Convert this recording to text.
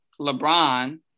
LeBron